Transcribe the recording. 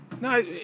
No